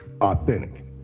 authentic